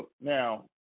Now